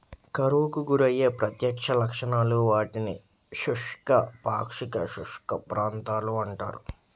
కరువుకు గురయ్యే ప్రత్యక్ష లక్షణాలు, వాటిని శుష్క, పాక్షిక శుష్క ప్రాంతాలు అంటారు